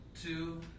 two